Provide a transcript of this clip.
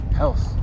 health